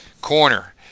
corner